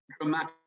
dramatic